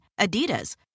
Adidas